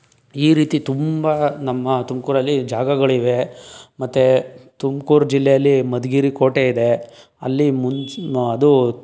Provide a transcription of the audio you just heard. ಈ ರೀತಿ ತುಂಬ ನಮ್ಮ ತುಮಕೂರಲ್ಲಿ ಜಾಗಗಳಿವೆ ಮತ್ತು ತುಮ್ಕೂರು ಜಿಲ್ಲೆಯಲ್ಲಿ ಮಧುಗಿರಿ ಕೋಟೆ ಇದೆ ಅಲ್ಲಿ ಮುಂಚೆ ಅದು